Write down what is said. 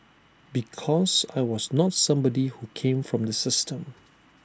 because I was not somebody who came from the system